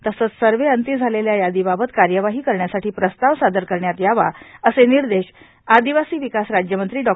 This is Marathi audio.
तसेच सर्व्हे अंती आलेल्या यादीबाबत कार्यवाही करण्यासाठी प्रस्ताव सादर करण्यात यावा असे निर्देश आदिवासी विकास राज्यमंत्री डॉ